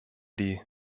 die